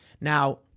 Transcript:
Now